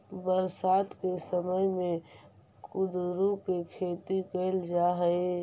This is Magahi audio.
बरसात के समय में कुंदरू के खेती कैल जा हइ